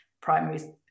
primary